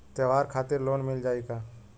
त्योहार खातिर लोन मिल जाई का?